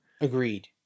agreed